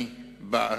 אני בעד,